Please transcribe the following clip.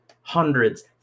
hundreds